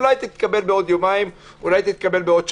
אולי תתקבל עוד יומיים, אולי עוד שבוע.